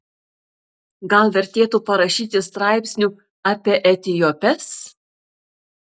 gal vertėtų parašyti straipsnių apie etiopes